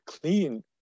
clean